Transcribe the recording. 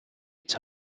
its